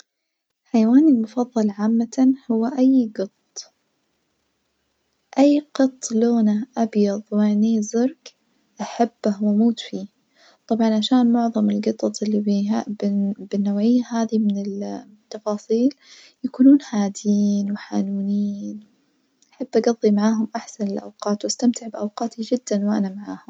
حيواني المفظل عمتًا هو أي جط أي قط لونه أبيض وعنيه زرج أحبه وأموت فيه طبعًا عشان معظم الجطط البيه- البن- البنوعية هذي من ال التفاصيل يكونون هاديين وحنونين، أحب أجضي معاهم أحسن الأوقات واستمتع بأوقاتي جدًا وأنا معاهم.